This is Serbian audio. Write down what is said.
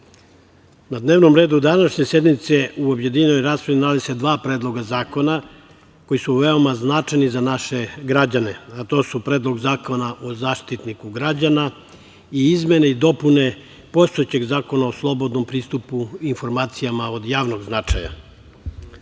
na dnevnom redu današnje sednice u objedinjenoj raspravi nalaze se dva predloga zakona, koji su veoma značajni za naše građane, a to su Predlog zakona o Zaštitniku građana i izmene i dopune postojećeg Zakona o slobodnom pristupu informacijama od javnog značaja. Na